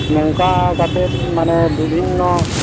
ᱱᱚᱝᱠᱟ ᱠᱟᱛᱮ ᱢᱟᱱᱮ ᱵᱤᱵᱷᱤᱱᱱᱚ